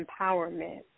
empowerment